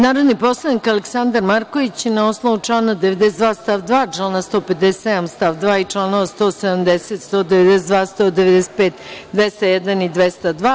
Narodni poslanik Aleksandar Marković na osnovu člana 92. stav 2. člana 157. stav 2. i čl. 170, 192, 195, 201. i 202.